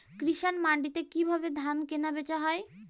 কৃষান মান্ডিতে কি ভাবে ধান কেনাবেচা হয়?